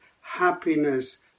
happiness